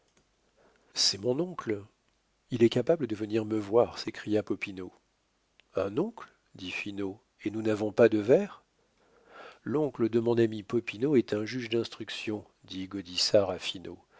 c'est mon oncle il est capable de venir me voir s'écria popinot un oncle dit finot et nous n'avons pas de verre l'oncle de mon ami popinot est un juge d'instruction dit